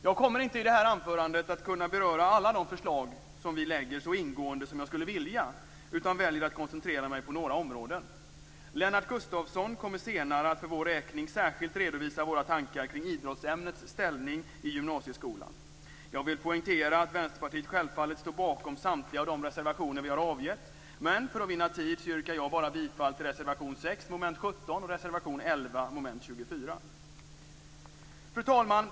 Jag kommer i det här anförandet inte att kunna beröra alla våra förslag så ingående som jag skulle vilja utan väljer att koncentrera mig på några områden. Lennart Gustavsson kommer senare att för vår räkning särskilt redovisa våra tankar kring idrottsämnets ställning i gymnasieskolan. Jag vill poängtera att Vänsterpartiet självfallet står bakom samtliga de reservationer vi har avgett, men för att vinna tid yrkar jag bifall bara till reservation 6 under mom. 17 och reservation 11 under mom. 24. Fru talman!